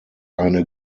eine